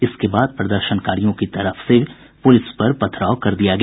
इसके बाद प्रदर्शनकारियों की तरफ से पुलिस पर पथराव कर दिया गया